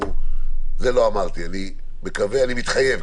אני מתחייב,